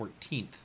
14th